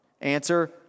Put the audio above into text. Answer